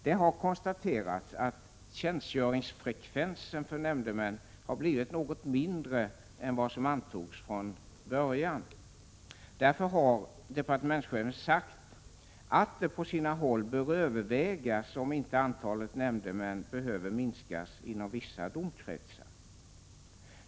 Det har konstaterats att tjänstgöringsfrekvensen för nämndemännen har blivit något mindre än vad som antogs från början. Därför har departementschefen sagt att det på sina håll bör övervägas om inte antalet nämndemän behöver minskas inom vissa domkretsar.